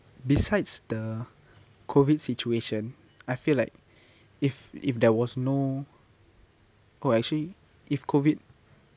besides the COVID situation I feel like if if there was no oh actually if COVID